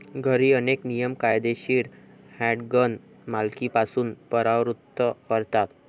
घरी, अनेक नियम कायदेशीर हँडगन मालकीपासून परावृत्त करतात